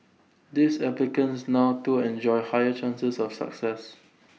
these applicants now to enjoy higher chances of success